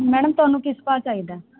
madam ਤੁਹਾਨੂੰ ਕਿਸ ਭਾਅ ਚਾਹੀਦਾ